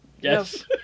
Yes